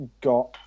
got